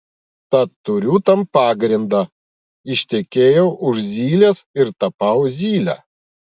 tad turiu tam pagrindą ištekėjau už zylės ir tapau zyle